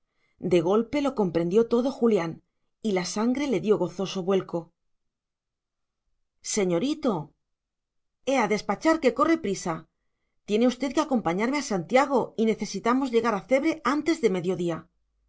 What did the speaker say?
de golpe lo comprendió todo julián y la sangre le dio gozoso vuelco señorito ea despachar que corre prisa tiene usted que acompañarme a santiago y necesitamos llegar a cebre antes de mediodía